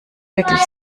wirklich